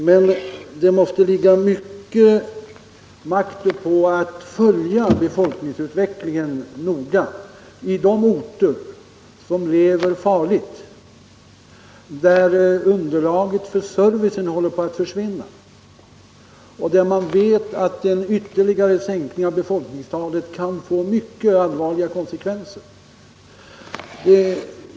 Men det måste ligga mycken makt uppå att följa befolkningsutvecklingen noga i de orter som lever farligt, där underlaget för servicen är i fara och där en ytterligare sänkning av befolkningstalet kan få mycket allvarliga konsekvenser.